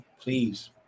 please